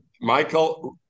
Michael